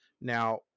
now